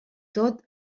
tot